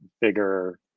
bigger